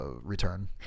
Return